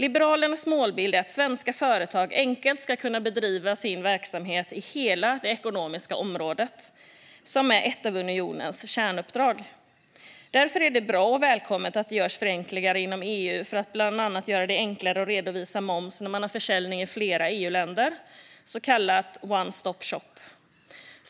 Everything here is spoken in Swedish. Liberalernas målbild är att svenska företag enkelt ska kunna bedriva sin verksamhet i hela det ekonomiska området, som är ett av unionens kärnuppdrag. Därför är det bra och välkommet att det görs förenklingar inom EU för att bland annat göra det enklare att redovisa moms när man har försäljning i flera EU-länder, så kallad one-stop shop.